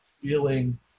feeling